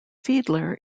fiedler